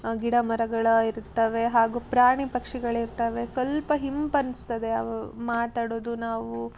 ಗಿಡಮರಗಳು ಇರ್ತವೆ ಹಾಗು ಪ್ರಾಣಿ ಪಕ್ಷಿಗಳಿರ್ತವೆ ಸ್ವಲ್ಪ ಇಂಪನ್ಸ್ತದೆ ಅವು ಮಾತಾಡೋದು ನಾವು